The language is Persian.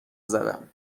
زدم